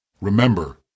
Remember